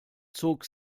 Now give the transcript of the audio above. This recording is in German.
zog